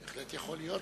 בהחלט יכול להיות.